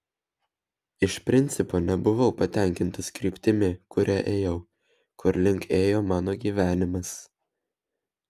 iš principo nebuvau patenkintas kryptimi kuria ėjau kur link ėjo mano gyvenimas